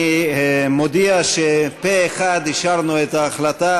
אני מודיע שפה-אחד אישרנו את ההחלטה